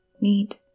need